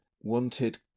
wanted